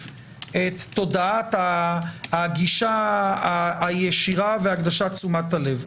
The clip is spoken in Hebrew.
את תודעת הגישה הישירה והקדשת תשומת הלב.